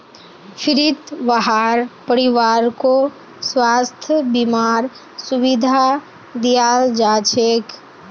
फ्रीत वहार परिवारकों स्वास्थ बीमार सुविधा दियाल जाछेक